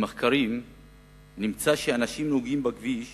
במחקרים נמצא שאנשים נוהגים בכביש